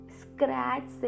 scratch